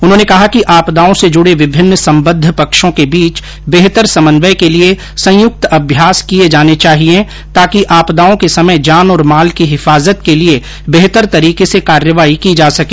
उन्होंने कहा कि आपदाओं से जुड़े विभिन्न संबद्ध पक्षों के बीच बेहतर समन्वय के लिए संयुक्त अभ्यास किये जाने चाहिए ताकि आपदाओं के समय जान और माल की हिफाजत के लिए बेहतर तरीके से कार्रवाई की जा सके